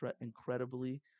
incredibly